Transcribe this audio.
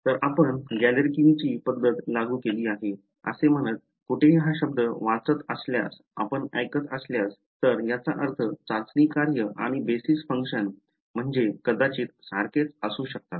तर आपण गॅलरकिनची पद्धत लागू केली आहे असे म्हणत कुठेही हा शब्द वाचत असल्यास आपण ऐकत असाल तर याचा अर्थ चाचणी कार्य आणि बेसिस फंक्शन म्हणजे कदाचित सारखेच असू शकतात